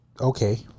okay